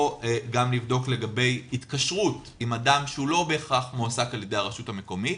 או גם לבדוק לגבי התקשרות עם אדם שלא בהכרח מועסק על ידי הרשות המקומית,